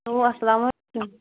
hello السلام